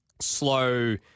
slow